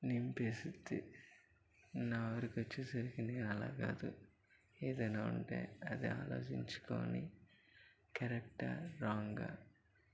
నింపేస్తుంది నా వరకు వచ్చే సరికి నేను అలా కాదు ఏదైనా ఉంటే అది ఆలోచించుకొని కరెక్టా రాంగా